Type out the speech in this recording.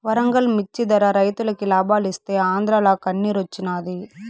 వరంగల్ మిచ్చి ధర రైతులకి లాబాలిస్తీ ఆంద్రాల కన్నిరోచ్చినాది